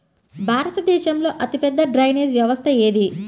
భారతదేశంలో అతిపెద్ద డ్రైనేజీ వ్యవస్థ ఏది?